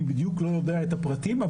אני בדיוק לא יודע את הפרטים.